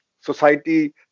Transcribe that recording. Society